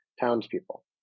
townspeople